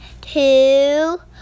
two